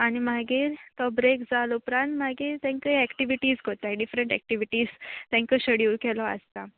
आनी मागीर तो ब्रेक जाल उपरांत मागीर तांकां एक्टिविटीज कोत्ताय डिफरंट एक्टिविटीज तांकां शेड्यूल केलो आसता